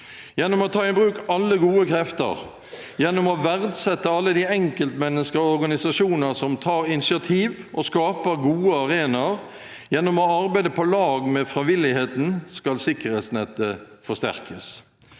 Gjennom å ta i bruk alle gode krefter, gjennom å verdsette alle de enkeltmennesker og organisasjoner som tar initiativ og skaper gode arenaer, gjennom å arbeide på lag med frivilligheten skal sikkerhetsnettet forsterkes.